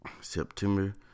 September